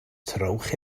trowch